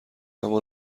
اما